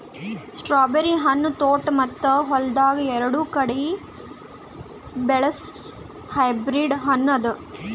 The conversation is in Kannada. ಸ್ಟ್ರಾಬೆರಿ ಹಣ್ಣ ತೋಟ ಮತ್ತ ಹೊಲ್ದಾಗ್ ಎರಡು ಕಡಿ ಬೆಳಸ್ ಹೈಬ್ರಿಡ್ ಹಣ್ಣ ಅದಾ